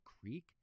creek